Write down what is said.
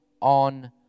on